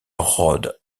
rhodes